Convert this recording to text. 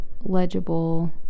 legible